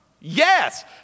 Yes